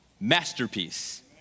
masterpiece